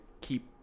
keep